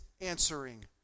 answering